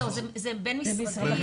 לא, זה בין משרדי.